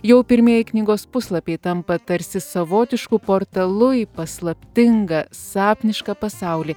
jau pirmieji knygos puslapiai tampa tarsi savotišku portalu į paslaptingą sapnišką pasaulį